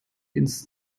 ins